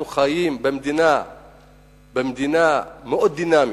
אנחנו חיים במדינה מאוד דינמית.